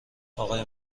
آقای